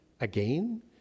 again